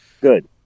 good